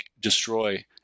destroy